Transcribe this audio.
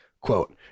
Quote